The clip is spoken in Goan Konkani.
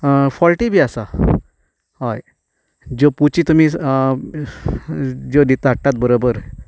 फॉल्टी बी आसा हय ज्यो पुची तुमी स् ज्यो दिता हाडटात बरोबर